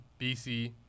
BC